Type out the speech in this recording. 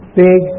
big